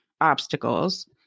obstacles